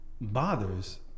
bothers